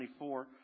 24